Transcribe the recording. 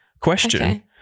question